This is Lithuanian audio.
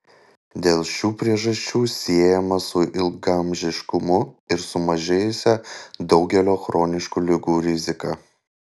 dėl šių priežasčių siejama su ilgaamžiškumu ir sumažėjusia daugelio chroniškų ligų rizika